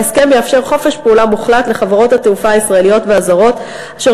ההסכם מאפשר חופש פעולה מוחלט לחברות התעופה הישראליות והזרות אשר